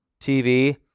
TV